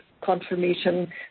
confirmation